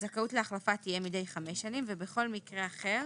הזכאות להחלפה תהיה מדי חמש שנים, ובכל מקרה אחר